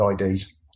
ids